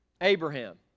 abraham